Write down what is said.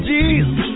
Jesus